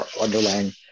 underlying